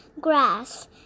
grass